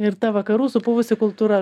ir ta vakarų supuvusi kultūra